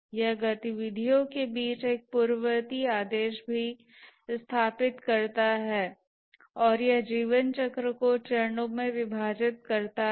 यह गतिविधियों के बीच एक पूर्ववर्ती आदेश भी स्थापित करता है और यह जीवन चक्र को चरणों में विभाजित करता है